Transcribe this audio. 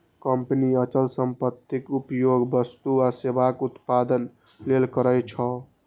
company अचल संपत्तिक उपयोग वस्तु आ सेवाक उत्पादन लेल करै छै